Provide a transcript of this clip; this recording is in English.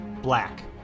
black